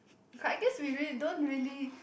!huh! I guess we really don't really